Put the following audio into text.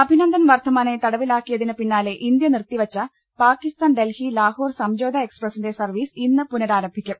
അഭിനന്ദൻ വർധമാനെ തടവിലാക്കിയതിന് പിന്നാലെ ഇന്ത്യ നിർത്തി വെച്ച പാക്കിസ്ഥാൻ ഡൽഹി ലാഹോർ സംജോത എക്സ്പ്രസിന്റെ സർവീസ് ഇന്ന് പുനരാരംഭിക്കും